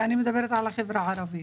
ואני מדברת על החברה הערבית,